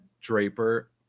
Draper